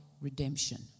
redemption